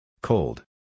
Cold